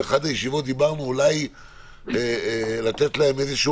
באחת הישיבות דיברנו אולי לתת להם איזושהי